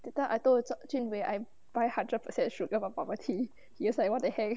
that time I told jun~ jun wei I buy hundred percent sugar for bubble tea he was like what the heck